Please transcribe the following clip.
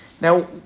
Now